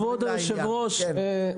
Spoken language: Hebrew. כבוד היושב-ראש,